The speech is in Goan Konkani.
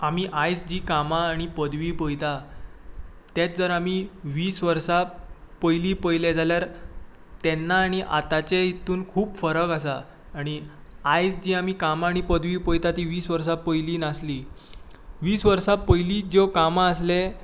आमी आयज जीं कामां आनी पदवी पळयता तेच जर आमी वीस वर्सां पयलीं पळयलें जाल्यार तेन्ना आनी आतांचें हितूंत खूब फरक आसा आनी आयज जी आमी कामां आनी पदवी पळयता ती वीस वर्सां पयलीं नासली वीस वर्सां पयलीं जी कामां आसलीं